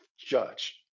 judge